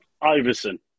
Iverson